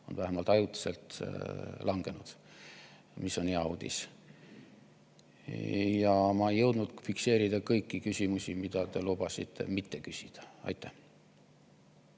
on vähemalt ajutiselt langenud, mis on hea uudis. Ja ma ei jõudnud fikseerida kõiki neid küsimusi, mida te lubasite mitte küsida. Eks